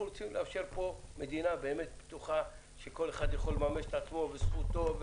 אנחנו רוצים לאפשר מדינה פתוחה שכל אחד יכול לממש את עצמו ואת זכותו.